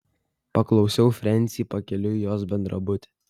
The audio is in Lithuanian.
paklausiau frensį pakeliui į jos bendrabutį